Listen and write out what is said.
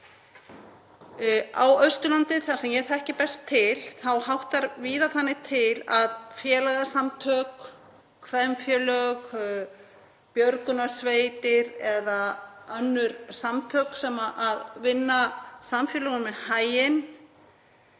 Á Austurlandi, þar sem ég þekki best til, háttar víða þannig til að félagasamtök, kvenfélög, björgunarsveitir eða önnur samtök sem vinna samfélögunum í haginn